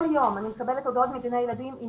כל יום אני מקבלת הודעות מגני ילדים עם